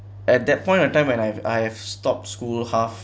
at that point of time when I've I've stopped school half